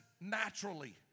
naturally